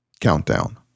Countdown